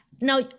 Now